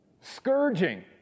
scourging